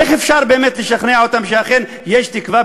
איך אפשר באמת לשכנע אותם שאכן יש תקווה,